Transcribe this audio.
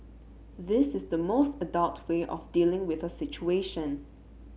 this is the most adult way of dealing with a situation